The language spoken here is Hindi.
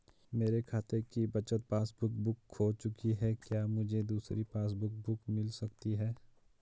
मेरे खाते की बचत पासबुक बुक खो चुकी है क्या मुझे दूसरी पासबुक बुक मिल सकती है?